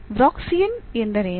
Wronskian ಎಂದರೇನು